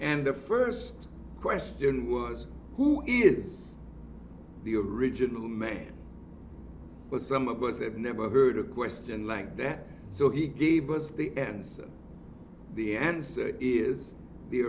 and the first question was who is the original name but some of us have never heard a question like that so he gave us the answer the answer is the